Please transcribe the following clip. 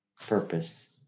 purpose